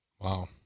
Wow